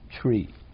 tree